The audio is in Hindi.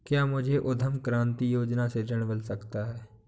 क्या मुझे उद्यम क्रांति योजना से ऋण मिल सकता है?